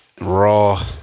raw